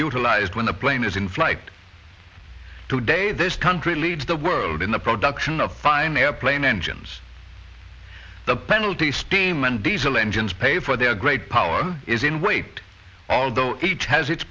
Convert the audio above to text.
utilized when the plane is in flight today this country leads the world in the production of fine airplane engines the penalty steam and diesel engines pay for their great power is in weight although each has its